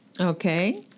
Okay